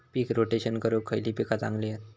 पीक rotation करूक खयली पीका चांगली हत?